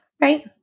right